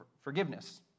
forgiveness